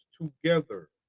together